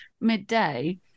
midday